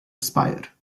spire